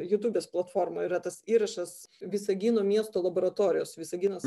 jutubės platformoj yra tas įrašas visagino miesto laboratorijos visaginas